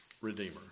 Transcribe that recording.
redeemer